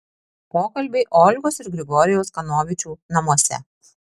pokalbiai olgos ir grigorijaus kanovičių namuose